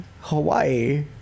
Hawaii